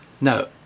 No